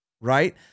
Right